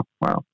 wow